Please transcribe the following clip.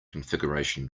configuration